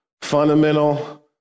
fundamental